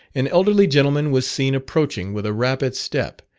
an elderly gentleman was seen approaching with a rapid step,